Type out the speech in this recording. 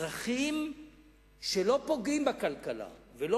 צריכים להיות קשובים לצרכים שלא פוגעים בכלכלה ולא